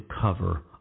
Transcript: cover